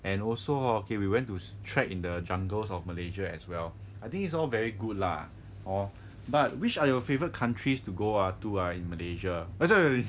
and also hor okay we went to track in the jungles of malaysia as well I think it's all very good lah hor but which are your favourite countries to go uh to err in malaysia sorry sorry